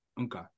Okay